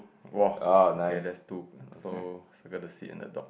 !wah! okay that's two so circle the seat and the dog